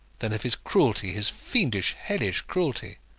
then of his cruelty, his fiendish, hellish cruelty